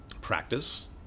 practice